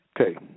Okay